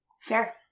Fair